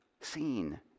seen